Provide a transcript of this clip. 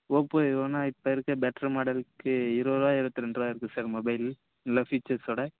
Oppo விவோன்னால் இப்போ இருக்க பெட்ரு மாடலுக்கு இருபது ரூபா இருபத்தி ரெண்டு ரூபா இருக்குது சார் மொபைல் நல்ல ஃபீச்சர்ஸோடு